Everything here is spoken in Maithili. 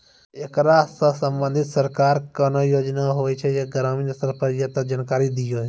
ऐकरा सऽ संबंधित सरकारक कूनू योजना होवे जे ग्रामीण स्तर पर ये तऽ जानकारी दियो?